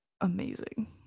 amazing